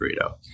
burrito